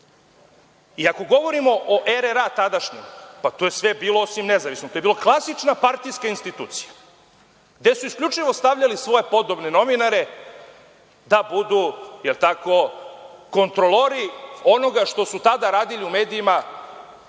tamo. Ako govorimo o RRA tadašnjem, pa to je sve bilo, osim nezavisno. To je bila klasična partijska institucija, gde su isključivo stavljali svoje podobne novinare da budu kontrolori onoga što su tada radila u medijima